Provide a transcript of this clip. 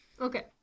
okay